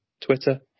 Twitter